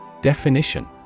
Definition